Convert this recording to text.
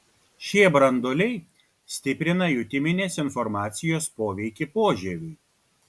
šie branduoliai stiprina jutiminės informacijos poveikį požieviui